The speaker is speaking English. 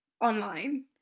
online